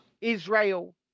Israel